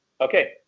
okay